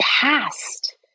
past